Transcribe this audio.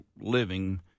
living